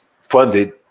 funded